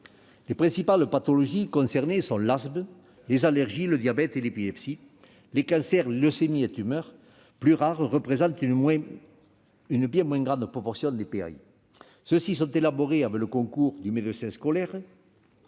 Les principales pathologies concernées sont l'asthme, les allergies, le diabète et l'épilepsie. Les cancers, leucémies et tumeurs, plus rares, représentent une bien moins grande proportion des PAI. Ces aménagements sont élaborés avec le concours du médecin scolaire